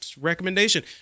Recommendation